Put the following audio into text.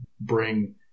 bring